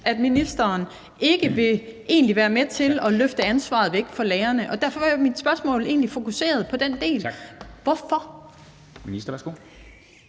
at ministeren egentlig ikke vil være med til at løfte ansvaret væk fra lærerne, og derfor er mit spørgsmål, der egentlig er fokuseret på den del: Hvorfor?